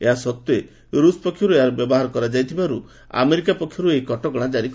ଏହାସଡ୍ୱେ ରୁଷ୍ ପକ୍ଷରୁ ଏହାର ବ୍ୟବହାର କରାଯାଇଥିବାରୁ ଆମେରିକା ପକ୍ଷରୁ ଏହି କଟକଣା ଜାରି କରାଯାଇଛି